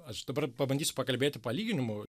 aš dabar pabandysiu pakalbėti palyginimų